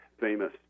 famous